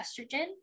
estrogen